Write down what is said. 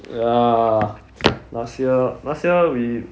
ya last year last year we